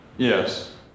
Yes